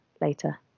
later